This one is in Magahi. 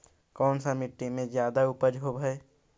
कोन सा मिट्टी मे ज्यादा उपज होबहय?